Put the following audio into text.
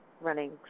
running